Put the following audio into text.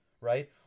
right